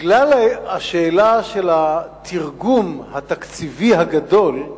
בגלל השאלה של התרגום התקציבי הגדול,